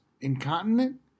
Incontinent